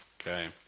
Okay